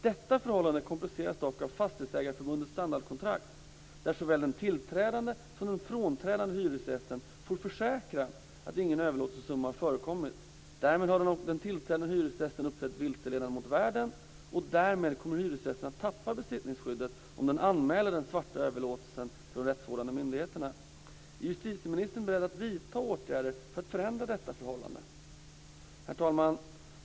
Detta förhållande kompliceras dock av Fastighetsägareförbundets standardkontrakt, där såväl den tillträdande som den frånträdande hyresgästen får försäkra att ingen överlåtelsesumma förekommit. Därmed har den tillträdande hyresgästen uppträtt vilseledande mot värden och därmed kommer hyresgästen att tappa besittningsskyddet om han anmäler den svarta överlåtelsen till de rättsvårdande myndigheterna. Är justitieministern beredd att vidta åtgärder för att förändra detta förhållande? Herr talman!